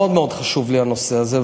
מאוד מאוד חשוב לי הנושא הזה,